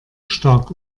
stark